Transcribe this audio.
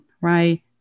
right